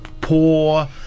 poor